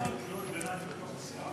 יש לנו קריאות ביניים בתוך הסיעה?